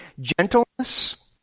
gentleness